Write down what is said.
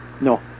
No